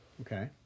Okay